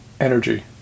energy